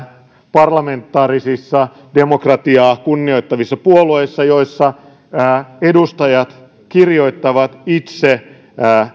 parlamentaarisissa demokratiaa kunnioittavissa puolueissa joissa edustajat kirjoittavat itse